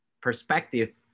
perspective